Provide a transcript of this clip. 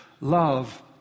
Love